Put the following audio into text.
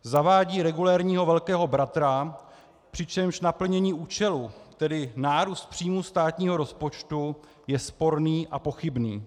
Zavádí regulérního Velkého bratra, přičemž naplnění účelu, tedy nárůst příjmů státního rozpočtu, je sporné a pochybné.